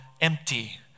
empty